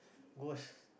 ghost